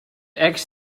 eggs